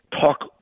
talk